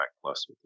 plus